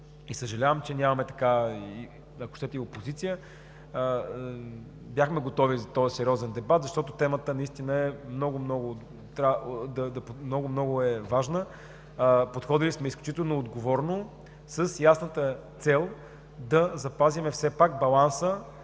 – съжалявам, че нямаме… ако щете и опозиция. Бяхме готови за този сериозен дебат, защото темата наистина много, много е важна. Подходили сме изключително отговорно с ясната цел все пак да запазим баланса